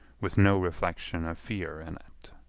with no reflection of fear in it.